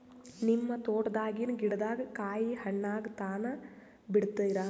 ನಿಮ್ಮ ತೋಟದಾಗಿನ್ ಗಿಡದಾಗ ಕಾಯಿ ಹಣ್ಣಾಗ ತನಾ ಬಿಡತೀರ?